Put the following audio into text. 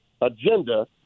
agenda